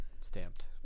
stamped